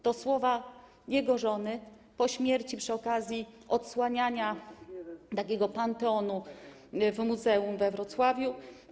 To słowa jego żony po śmierci przy okazji odsłaniania takiego panteonu w muzeum we Wrocławiu.